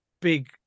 big